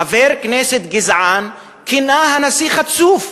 חבר כנסת גזען כינה את הנשיא "חצוף".